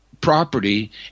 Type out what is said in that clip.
property